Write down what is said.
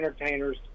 entertainers